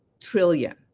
trillion